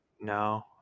No